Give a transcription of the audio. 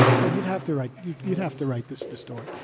but you'd have to write. you'd have to write this this story.